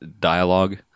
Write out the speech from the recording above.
dialogue